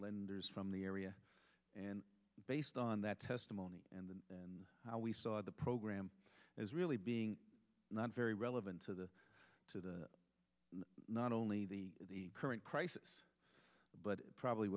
lenders from the area and based on that testimony and the and how we saw the program as really being not very relevant to the to the not only the current crisis but it probably